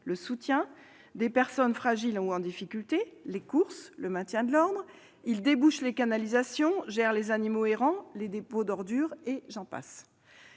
le soutien des personnes fragiles ou en difficulté, font les courses et le maintien de l'ordre. Ils débouchent les canalisations, gèrent les animaux errants, comme les dépôts d'ordures, et j'en passe